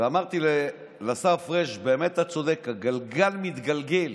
ואמרתי לשר פריג': באמת אתה צודק, הגלגל מתגלגל.